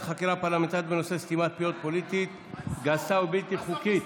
חקירה פרלמנטרית בנושא סתימת פיות פוליטית גסה ובלתי חוקית.